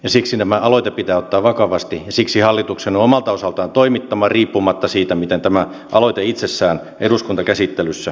siksi tämä aloite pitää ottaa vakavasti ja siksi hallituksen on omalta osaltaan toimittava riippumatta siitä miten tämä aloite itsessään eduskuntakäsittelyssä etenee